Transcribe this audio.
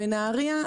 בנהריה,